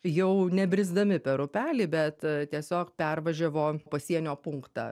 jau nebrisdami per upelį bet tiesiog pervažiavo pasienio punktą